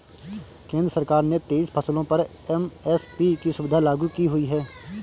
केंद्र सरकार ने तेईस फसलों पर एम.एस.पी की सुविधा लागू की हुई है